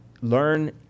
learn